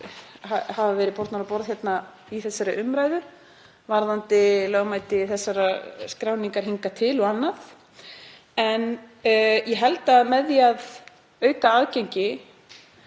hafa verið bornar á borð í þessari umræðu varðandi lögmæti þessarar skráningar hingað til og annað, en ég held að með því að auka aðgengi